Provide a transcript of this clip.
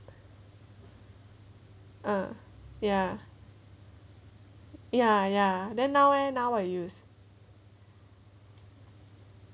ah ya ya ya then now eh now what you use